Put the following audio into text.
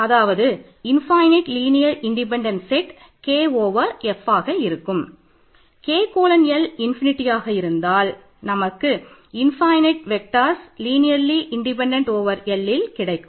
அதாவது infinite linear independent set F இருக்கும்